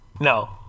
No